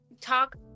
Talk